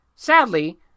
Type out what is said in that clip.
Sadly